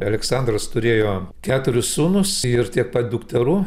aleksandras turėjo keturis sūnus ir tiek pat dukterų